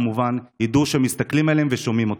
כמובן ידעו שמסתכלים עליהן ושומעים אותן?